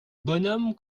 bonhomme